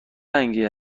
رنگی